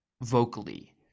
vocally